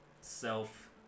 self